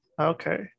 Okay